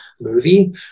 movie